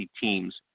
teams